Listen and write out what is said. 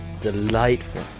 Delightful